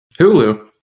Hulu